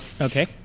Okay